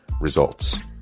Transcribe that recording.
results